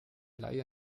laie